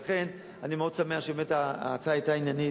ולכן אני מאוד שמח שההצעה היתה עניינית